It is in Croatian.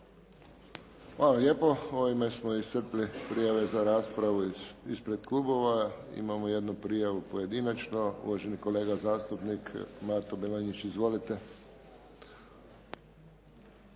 Hvala lijepo. Ovime smo iscrpili prijave za raspravu ispred klubova. Imamo jednu prijavu pojedinačno. Uvaženi kolega zastupnik Mato Bilonjić. Izvolite.